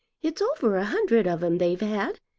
it's over a hundred of em they've had,